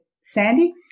Sandy